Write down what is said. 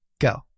go